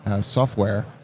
software